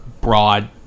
broad